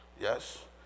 Yes